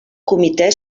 comitè